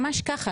ממש ככה,